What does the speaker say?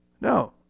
no